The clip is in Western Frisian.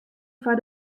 foar